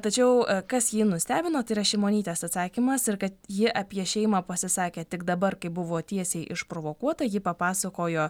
tačiau kas jį nustebino tai yra šimonytės atsakymas ir kad ji apie šeimą pasisakė tik dabar kai buvo tiesiai išprovokuota ji papasakojo